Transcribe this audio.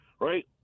right